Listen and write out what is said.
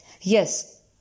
Yes